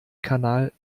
kanal